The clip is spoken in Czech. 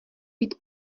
být